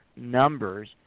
numbers